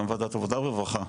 גם ועדת עבודה ורווחה,